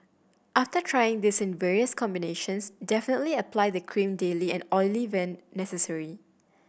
after trying this in various combinations definitely apply the cream daily and oil only when necessary